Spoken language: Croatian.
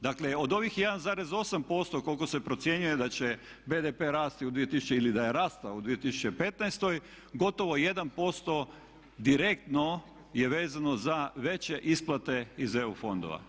Dakle, od ovih 1,8% koliko se procjenjuje da će BDP rasti ili da je rastao u 2015. gotovo 1% direktno je vezano za veće isplate iz EU fondova.